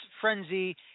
Frenzy